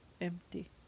empty